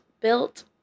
built